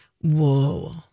whoa